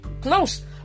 close